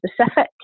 specific